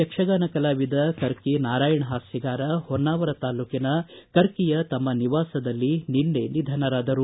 ಯಕ್ಷಗಾನದ ಹಿರಿಯ ಕಲಾವಿದ ಕರ್ಕಿ ನಾರಾಯಣ ಹಾಸ್ಟಗಾರ ಹೊನ್ನಾವರ ತಾಲ್ಲೂಕಿನ ಕರ್ಕಿಯ ತಮ್ಮ ನಿವಾಸದಲ್ಲಿ ನಿನ್ನೆ ನಿಧನರಾದರು